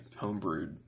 homebrewed